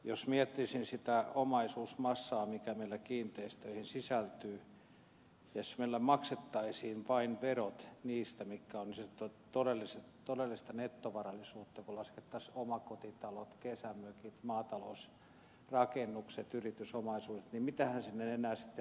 jos miettisin sitä omaisuusmassaa mikä meillä kiinteistöihin sisältyy jos meillä maksettaisiin verot vain niistä mitkä ovat niin sanottua todellista nettovarallisuutta kun laskettaisiin omakotitalot kesämökit maatalousrakennukset yritysomaisuudet niin mitähän sinne enää sitten paljon jäisi verotettavaa